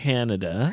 Canada